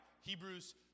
Hebrews